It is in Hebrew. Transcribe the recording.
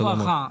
שלום וברכה.